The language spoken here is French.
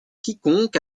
quiconque